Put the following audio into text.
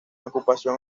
ocupación